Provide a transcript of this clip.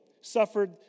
suffered